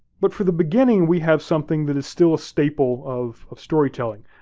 but for the beginning, we have something that is still staple of of storytelling,